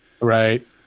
Right